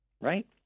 right